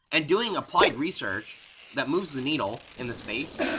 and doing applied research that moves the needle in the space.